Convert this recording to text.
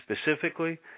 specifically